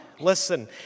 Listen